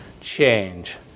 change